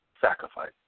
sacrifice